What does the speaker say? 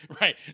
Right